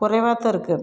குறைவாத்தான் இருக்குது